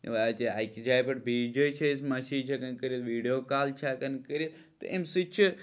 اتہِ اَکہِ جایہِ پٮ۪ٹھ بییِس جایہِ چھِ أسۍ میسیج ہیٚکان کٔرِتھ ویٖڈیو کال چھِ ہیٚکان کٔرِتھ تہٕ اَمہِ سۭتۍ چھُ